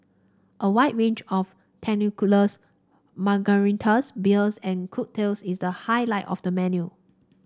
a wide range of tequilas margaritas beers and cocktails is the highlight of the menu